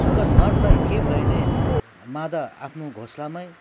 अगर नरलाई केही भयो ने मादा आफ्नो घोसलामा